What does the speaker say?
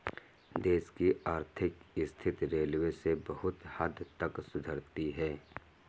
देश की आर्थिक स्थिति रेलवे से बहुत हद तक सुधरती है